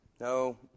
No